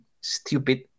stupid